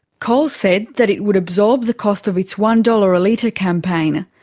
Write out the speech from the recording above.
coles said that it would absorb the cost of its one dollars a litre campaign.